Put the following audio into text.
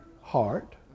heart